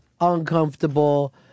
uncomfortable